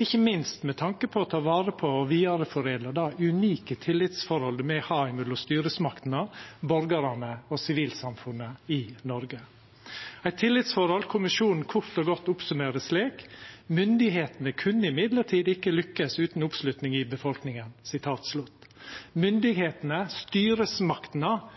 ikkje minst med tanke på å ta vare på og vidareforedla det unike tillitsforholdet me har mellom styresmaktene, borgarane og sivilsamfunnet i Noreg – eit tillitsforhold kommisjonen kort og godt summerer opp slik: «Myndighetene kunne imidlertid ikke lykkes uten oppslutning fra befolkningen.» Myndigheitene, styresmaktene,